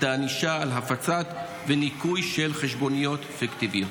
הענישה על הפצה וניכוי של חשבוניות פיקטיביות?